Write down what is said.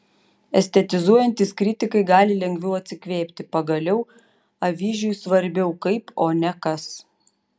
estetizuojantys kritikai gali lengviau atsikvėpti pagaliau avyžiui svarbiau kaip o ne kas